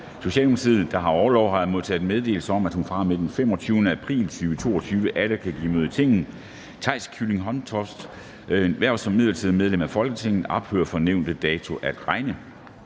(S), der har orlov, har jeg modtaget meddelelse om, at hun fra og med den 25. april 2022 atter kan give møde i Tinget. Theis Kylling Hommeltofts (S) hverv som midlertidigt medlem af Folketinget ophører fra nævnte dato at regne.